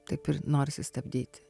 taip ir norisi stabdyti